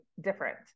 different